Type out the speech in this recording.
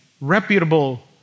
reputable